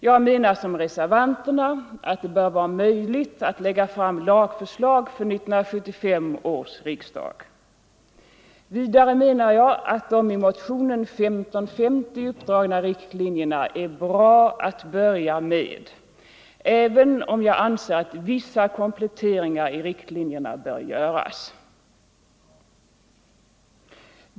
Jag menar som reservanterna att det bör vara möjligt att lägga fram lagförslag för 1975 års riksdag. Vidare menar jag att de i motionen 1550 uppdragna riktlinjerna är bra att börja med, även om jag anser att vissa kompletteringar i riktlinjerna bör göras.